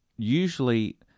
usually